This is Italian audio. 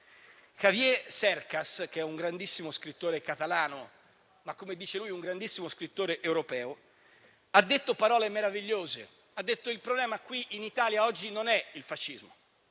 Javier Cercas, un grandissimo scrittore catalano e, come dice lui, un grandissimo scrittore europeo, ha detto parole meravigliose affermando che il problema in Italia e in Europa oggi non è il fascismo.